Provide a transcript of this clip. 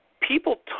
People